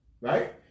right